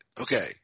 Okay